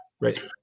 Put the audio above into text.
Right